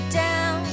down